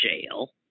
jail